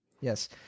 yes